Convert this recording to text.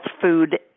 food